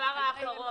הדבר האחרון.